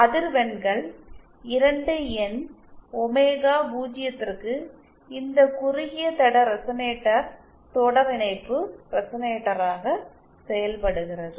அதிர்வெண்கள் 2 N omega 0 க்கு இந்த குறுகிய தட ரெசனேட்டர் தொடர்இணைப்பு ரெசனேட்டராக செயல்படுகிறது